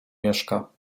mieszka